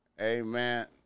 Amen